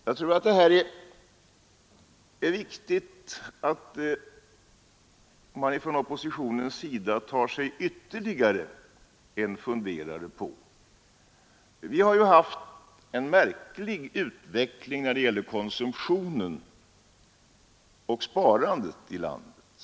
Jag tror att det är viktigt att oppositionen tar sig ytterligare en funderare på detta. Vi har ju haft en märklig utveckling när det gäller konsumtionen och sparandet i landet.